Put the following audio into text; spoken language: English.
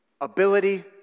ability